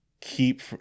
keep